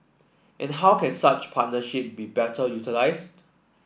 and how can such partnership be better utilised